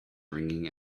ringing